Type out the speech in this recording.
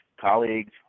colleagues